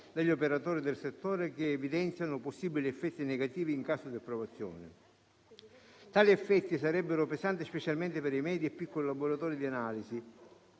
degli operatori del settore, che evidenziano possibili effetti negativi in caso di approvazione. Tali effetti sarebbero pesanti specialmente per i medi e piccoli laboratori di analisi,